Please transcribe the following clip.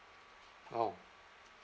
oh